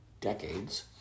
decades